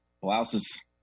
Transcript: Blouses